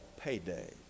payday